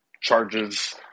charges